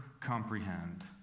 comprehend